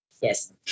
yes